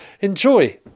enjoy